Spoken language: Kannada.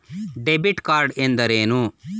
ಡೆಬಿಟ್ ಕಾರ್ಡ್ ಎಂದರೇನು?